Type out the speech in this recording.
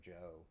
Joe